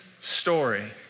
story